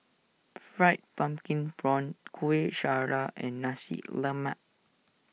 Fried Pumpkin Prawns Kuih Syara and Nasi Lemak